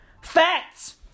Facts